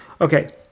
Okay